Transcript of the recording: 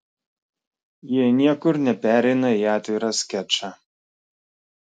jie niekur nepereina į atvirą skečą